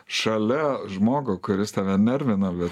šalia žmogų kuris tave nervina bet